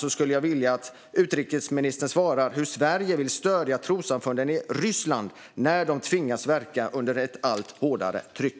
Jag skulle vilja att utrikesministern svarar på hur Sverige vill stödja trossamfunden i Ryssland när de tvingas verka under ett allt hårdare tryck.